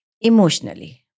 Emotionally